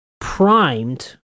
primed